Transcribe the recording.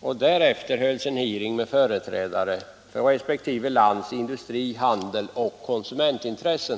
och därefter hölls en hearing med företrädare för resp. lands industri, handel och konsumentintressen.